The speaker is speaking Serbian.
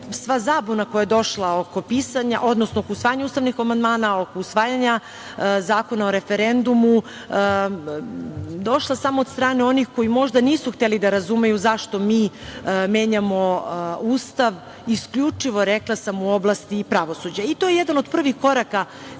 sva zabuna koja je došla oko usvajanja ustavnih amandmana, oko usvajanja Zakona o referendumu došla samo od strane onih koji možda nisu hteli da razumeju zašto mi menjamo Ustav, isključivo, rekla sam, u oblasti pravosuđa. To je jedan od prvih koraka